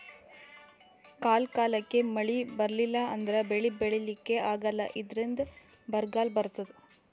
ಕಾಲ್ ಕಾಲಕ್ಕ್ ಮಳಿ ಬರ್ಲಿಲ್ಲ ಅಂದ್ರ ಬೆಳಿ ಬೆಳಿಲಿಕ್ಕ್ ಆಗಲ್ಲ ಇದ್ರಿಂದ್ ಬರ್ಗಾಲ್ ಬರ್ತದ್